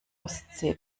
ostsee